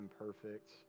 imperfect